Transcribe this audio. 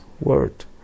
word